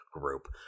group